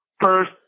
first